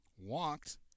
walked